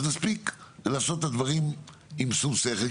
נספיק לעשות את הדברים עם שום שכל,